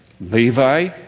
Levi